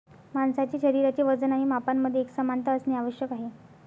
माणसाचे शरीराचे वजन आणि मापांमध्ये एकसमानता असणे आवश्यक आहे